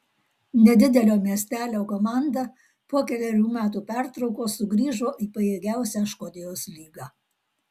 nedidelio miestelio komanda po kelerių metų pertraukos sugrįžo į pajėgiausią škotijos lygą